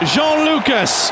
Jean-Lucas